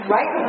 Right